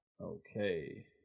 okay